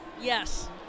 Yes